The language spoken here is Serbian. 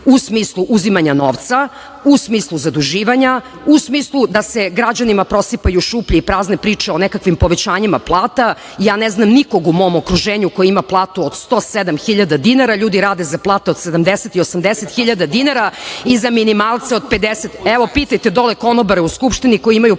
u smislu uzimanja novca, u smislu zaduživanja, u smislu da se građanima prosipaju šuplje i prazne priče o nekakvim povećanjima plata. Ne znam nikoga u mom okruženju ko ima platu od 107 hiljada dinara, ljudi rade za plate od 70 i 80 hiljada dinara i za minimalce od 50 hiljada. Evo, pitajte dole konobare u Skupštini koji imaju